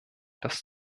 dass